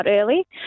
early